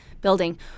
building